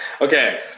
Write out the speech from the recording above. okay